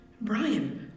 Brian